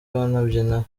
banabyina